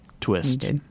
twist